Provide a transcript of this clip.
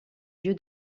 lieu